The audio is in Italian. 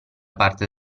parte